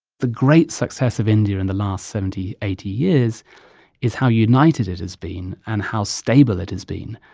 the great success of india in the last seventy, eighty years is how united it has been and how stable it has been,